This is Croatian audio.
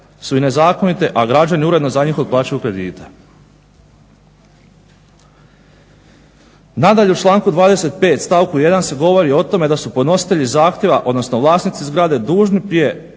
su i nezakonite, a građani uredno za njih otplaćuju kredite. Nadalje, u članku 25. stavku 1. se govori o tome da su podnositelji zahtjeva, odnosno vlasnici zgrade dužni prije